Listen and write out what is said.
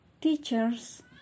teachers